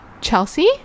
Chelsea